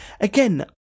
again